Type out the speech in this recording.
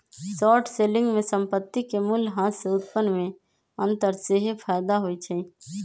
short selling में संपत्ति के मूल्यह्रास से उत्पन्न में अंतर सेहेय फयदा होइ छइ